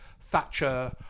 Thatcher